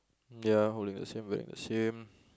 ya holding the same wearing the same